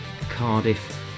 Cardiff